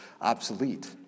obsolete